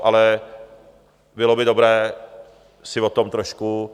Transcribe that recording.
Ale bylo by dobré si o tom trošku...